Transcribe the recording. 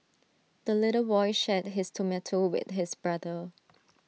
the little boy shared his tomato with his brother